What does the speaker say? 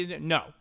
No